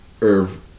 Irv